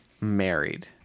married